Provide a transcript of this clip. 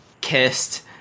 kissed